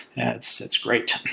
and it's it's great.